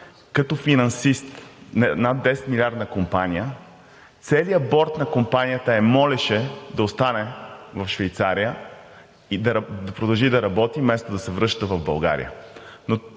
като финансист, над 10-милиардна компания, целият Борд на компанията я молеше да остане в Швейцария и да продължи да работи, вместо да се връща в България.